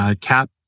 Cap